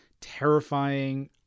terrifying